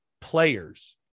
players